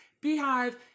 beehive